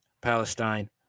Palestine